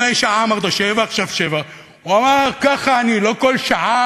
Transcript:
אני אגיד לך.